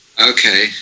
Okay